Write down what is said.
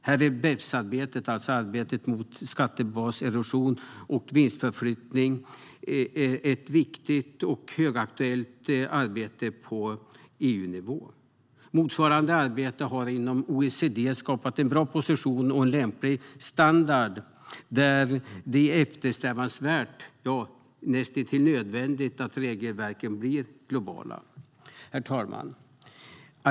Här är BEPS-arbetet, alltså arbetet mot skattebaserosion och vinstförflyttning, ett viktigt och högaktuellt arbete på EU-nivå. Motsvarande arbete har inom OECD skapat en bra position och en lämplig standard. Det är eftersträvansvärt, näst intill nödvändigt, att regelverken blir globala. Herr talman!